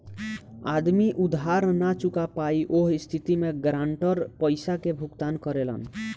आदमी उधार ना चूका पायी ओह स्थिति में गारंटर पइसा के भुगतान करेलन